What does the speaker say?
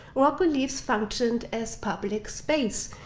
rock reliefs functioned as public space,